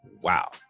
Wow